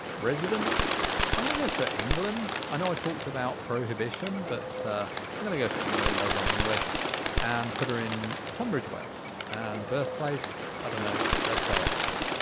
residence i'm gonna go for england, i know i talked about prohibition, but i'm gonna go for england as i'm english and put her in tunbridge wells, and birthplace i don't know let's say oxford.